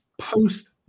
post